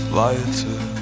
lighter